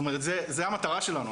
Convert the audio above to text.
זאת אומרת זו המטרה שלנו,